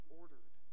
ordered